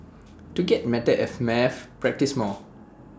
to get better at maths practise more